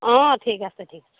অ' ঠিক আছে ঠিক আছে